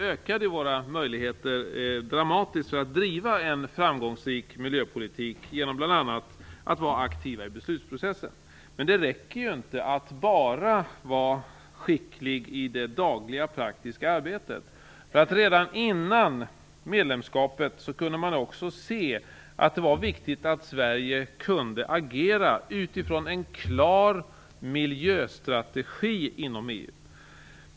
ökade våra möjligheter dramatiskt att driva en framgångsrik miljöpolitik, bl.a. genom att vara aktiva i beslutsprocessen. Men det räcker inte med att bara vara skicklig i det dagliga praktiska arbetet. Redan innan Sverige blev medlem kunde man se att det var viktigt att vi i Sverige kunde agera utifrån en klar miljöstrategi inom EU.